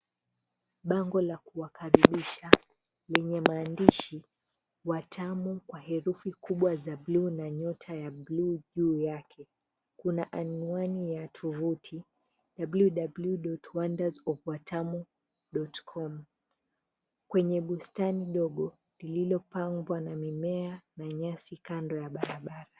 Bango la kuwakaribisha, lenye maandishi Watamu kwa herufi kubwa za bluu na nyota ya bluu juu yake. Kuna anwani ya tovuti, www.wonders of watamu.com, kwenye lililopangwa na mimea na nyasi kando ya barabara.